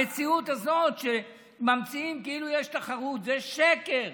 המציאות הזאת שממציאים כאילו יש תחרות, זה שקר.